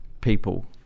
people